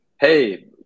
Hey